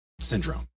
syndrome